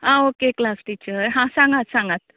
आं okay class teacher हां सांगात सांगात